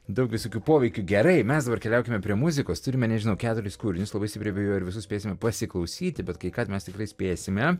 daug visokių poveikių gerai mes dabar keliaukime prie muzikos turime nežinau keturis kūrinius labai stirpiai abejoju ar visus suspėsime pasiklausyti bet kai ką tai mes tikrai spėsime